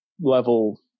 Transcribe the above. level